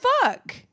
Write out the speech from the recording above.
fuck